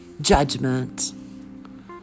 judgment